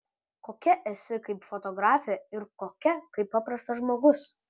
kokia esi kaip fotografė ir kokia kaip paprastas žmogus